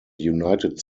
united